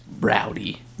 rowdy